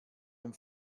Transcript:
dem